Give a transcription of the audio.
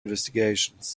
investigations